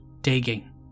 digging